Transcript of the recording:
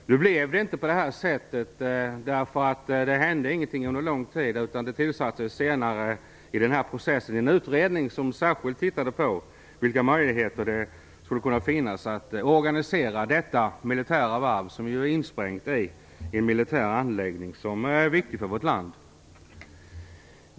Nu blev det inte på det sättet. Ingenting hände under lång tid, men senare i processen tillsattes en utredning som särskilt tittade på vilka möjligheter det skulle kunna finnas att organisera detta militära varv, som ju är insprängt i en militär anläggning som är viktig för vårt land.